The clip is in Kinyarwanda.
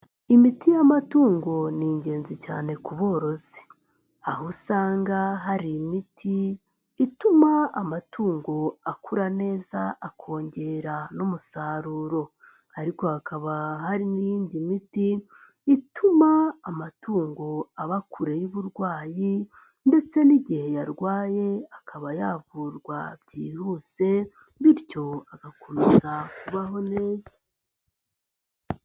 Imiti y'amatungo ni ingenzi cyane ku borozi aho usanga hari imiti ituma amatungo akura neza akongera n'umusaruro ariko hakaba hari n'iyindi miti ituma amatungo aba kure y'uburwayi ndetse n'igihe yarwaye akaba yavurwa byihuse bityo agakomeza kubaho neza.